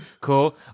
cool